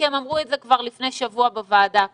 כי הם אמרו את זה כבר לפני שבוע בוועדה כאן,